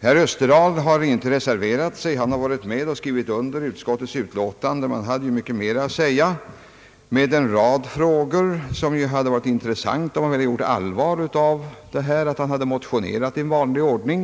Herr Österdahl har inte reserverat sig. Han har varit med och skrivit under utskottets utlåtande men hade mycket mer att säga i en rad frågor. Det hade varit intressant om han gjort allvar av detta och motionerat i vanlig ordning.